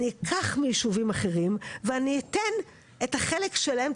אני אקח מיישובים אחרים ואני אתן את החלק שלהם,